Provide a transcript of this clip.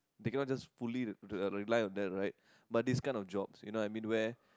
they cannot just fully re~ uh rely on that right but this kind of jobs you know I mean where